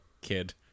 kid